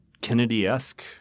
Kennedy-esque